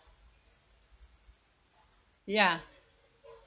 ya